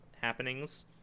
happenings